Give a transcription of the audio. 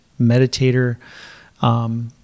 meditator